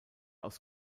aus